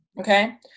Okay